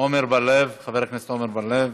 חבר הכנסת עמר בר-לב.